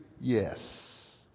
yes